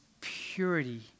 purity